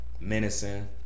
menacing